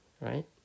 Right